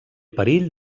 perill